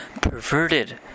perverted